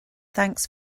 thanks